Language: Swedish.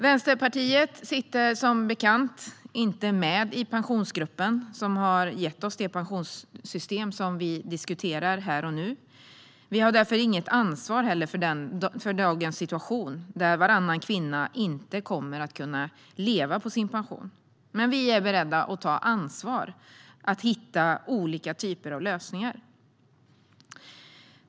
Vänsterpartiet sitter, som bekant, inte med i Pensionsgruppen som har gett oss det pensionssystem som vi diskuterar här och nu. Vi har därför inget ansvar för dagens situation, där varannan kvinna inte kommer att kunna att leva på sin pension. Men vi är beredda att ta ansvar och hitta olika typer av lösningar.